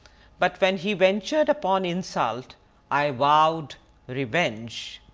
but when he ventured upon insult i wowed revenge.